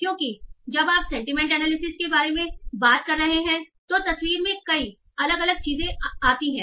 क्योंकि जब आप सेंटीमेंट एनालिसिस के बारे में बात कर रहे हैं तो तस्वीर में कई अलग अलग चीजें हैं